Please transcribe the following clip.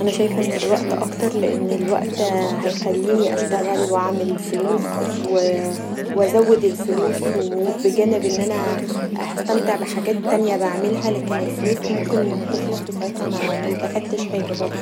أنا شايفه ان الوقت اكتر لان الوقت هيخليني اشتغل و اعمل فلوس و أزود الفلوس بجانب إن أنا هستمتع بحاجات تانيه بعملها ، لكن الفلوس ممكن تخلص و ساعتها مستفادتش حاجه برضو.